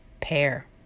Pair